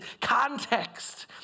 context